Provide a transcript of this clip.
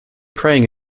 praying